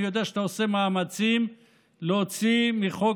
אני יודע שאתה עושה מאמצים להוציא מחוק